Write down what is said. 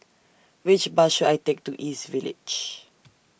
Which Bus should I Take to East Village